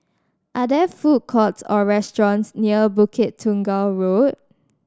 are there food courts or restaurants near Bukit Tunggal Road